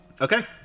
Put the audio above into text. okay